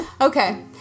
Okay